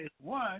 one